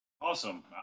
Awesome